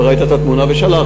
אבל ראית את התמונה ושלחת.